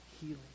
healing